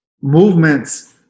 movements –